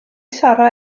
sarra